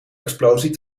explosie